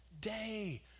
Day